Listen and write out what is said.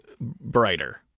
brighter